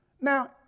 Now